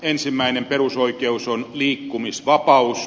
ensimmäinen perusoikeus on liikkumisvapaus